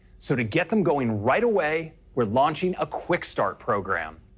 so to get them going right away, we're launching a quick start program.